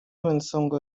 mensogo